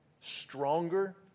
stronger